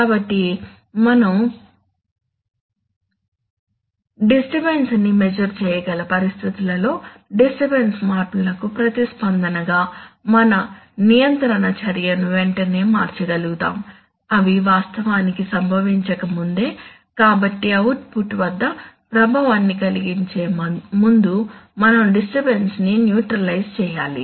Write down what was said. కాబట్టి మనం డిస్టర్బన్స్ ని మెస్సుర్ చేయగల పరిస్థితులలో డిస్టర్బన్స్ మార్పులకు ప్రతిస్పందనగా మన నియంత్రణ చర్యను వెంటనే మార్చగలుగుతాము అవి వాస్తవానికి సంభవించక ముందే కాబట్టి అవుట్పుట్ వద్ద ప్రభావాన్ని కలిగించే ముందు మనం డిస్టర్బన్స్ ని న్యూట్రలైజ్ చేయాలి